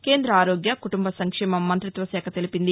కేంద ఆరోగ్య కుటుంబ సంక్షేమ మంతిత్వ శాఖ తెలిపింది